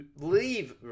leave